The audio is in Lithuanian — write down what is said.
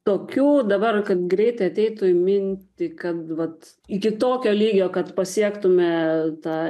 tokių dabar kad greitai ateitų į mintį kad vat iki tokio lygio kad pasiektume tą